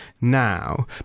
now